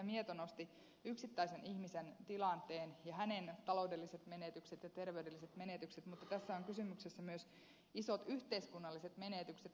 mieto nosti esille yksittäisen ihmisen tilanteen ja hänen taloudelliset menetyksensä ja terveydelliset menetyksensä mutta tässä ovat kysymyksessä myös isot yhteiskunnalliset menetykset